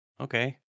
okay